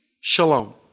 shalom